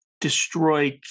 destroy